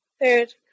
third